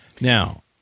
Now